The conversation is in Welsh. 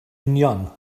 union